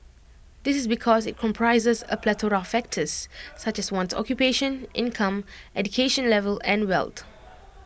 this is because IT comprises A plethora of factors such as one's occupation income education level and wealth